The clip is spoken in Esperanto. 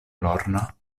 lorna